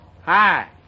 Hi